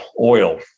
oil